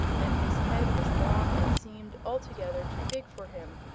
and his head was long and seemed altogether too big for him,